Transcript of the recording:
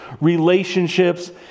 relationships